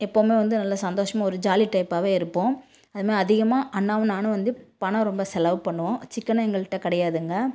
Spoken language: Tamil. எப்போவுமே வந்து நல்ல சந்தோஷமாக ஒரு ஜாலி டைப்பாகவே இருப்போம் அது மாதிரி அதிகமாக அண்ணாவும் நானும் வந்து பணம் ரொம்ப செலவு பண்ணுவோம் சிக்கனம் எங்கள்கிட்ட கிடையாதுங்க